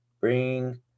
bring